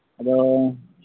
ᱟᱫᱚ